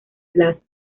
plazo